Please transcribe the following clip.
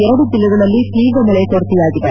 ಎರಡು ಜಿಲ್ಲೆಗಳಲ್ಲಿ ತೀವ್ರ ಮಳೆಯ ಕೊರತೆಯಾಗಿದೆ